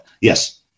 yes